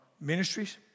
ministries